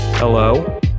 Hello